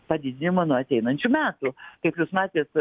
padidinimo nuo ateinančių metų kaip jūs matėt